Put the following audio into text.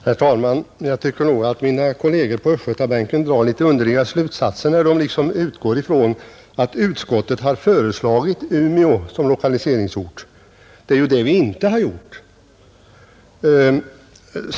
Herr talman! Jag tycker att mina kolleger på Östgötabänken drar litet underliga slutsatser när de liksom utgår ifrån att utskottet har föreslagit Umeå som lokaliseringsort. Det är ju det vi inte har gjort.